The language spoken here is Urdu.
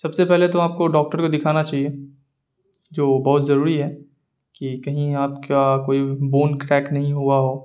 سب سے پہلے تو آپ کو ڈاکٹر کو دکھانا چاہیے جو بہت ضروری ہے کہ کہیں آپ کا کوئی بون کریاک نہیں ہوا ہو